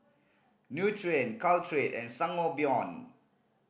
Nutren Caltrate and Sangobion